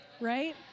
right